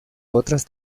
otras